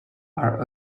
are